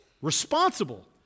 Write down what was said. Responsible